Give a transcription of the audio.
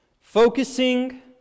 Focusing